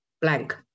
blank